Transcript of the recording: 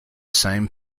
same